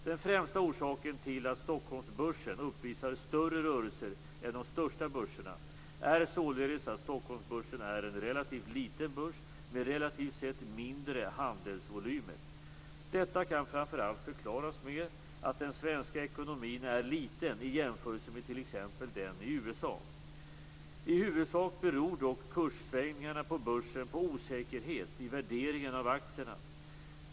Den främsta orsaken till att Stockholmsbörsen uppvisar större rörelser än de största börserna är således att Stockholmsbörsen är en relativt liten börs med relativt sett mindre handelsvolymer. Detta kan framför allt förklaras med att den svenska ekonomin är liten i jämförelse med t.ex. den i USA. I huvudsak beror dock kurssvängningarna på börsen på osäkerhet i värderingen av aktierna.